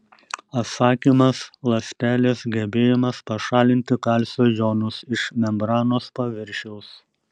atsakymas ląstelės gebėjimas pašalinti kalcio jonus iš membranos paviršiaus